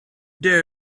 dare